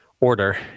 order